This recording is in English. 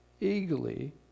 eagerly